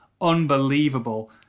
unbelievable